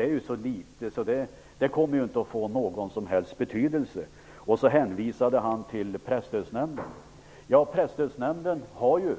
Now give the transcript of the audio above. är så liten att den inte kommer att få någon som helst betydelse. Presstödsnämnden har på vår begäran gjort en sådan analys.